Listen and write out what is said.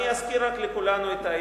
אני אזכיר רק לכולנו את ההתגלגלות.